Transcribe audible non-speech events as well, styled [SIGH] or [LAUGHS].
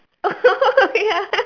oh [LAUGHS] ya